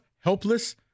helpless